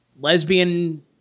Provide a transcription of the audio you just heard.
lesbian